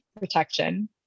protection